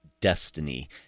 destiny